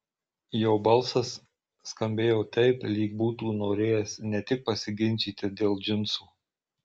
jo balsas skambėjo taip lyg būtų norėjęs ne tik pasiginčyti dėl džinsų